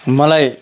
मलाई